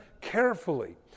carefully